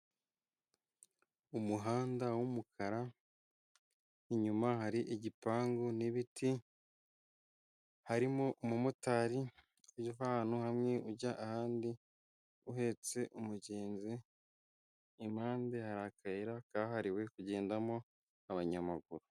Umuhanda w'umukara, inyuma hari igipangu n'ibiti harimo umumotari ujya ava ahantu hamwe ujya ahandi uhetse umugenzi, ku mpande hari akayira kahariwe kugendamo abanyamaguru.